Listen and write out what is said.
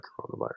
coronavirus